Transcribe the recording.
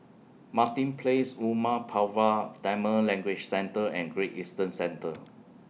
Martin Place Umar Pulavar Tamil Language Centre and Great Eastern Centre